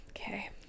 okay